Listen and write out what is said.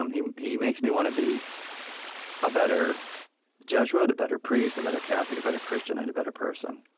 um he he makes me want to be a better jesuit, a better priest, a better catholic, a better christian, and a better person